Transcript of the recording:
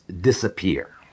disappear